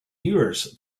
yours